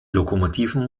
lokomotiven